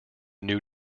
new